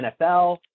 NFL